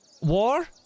war